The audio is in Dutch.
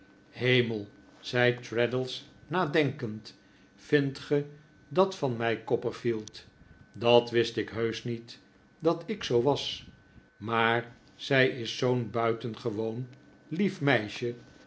hemel zei traddles nadenkend v ndt gij dat van mij copperfield dat wist ik heusch niet dat ik zoo was maar zij is zoo'n buitengewoon lief meisje